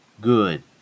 good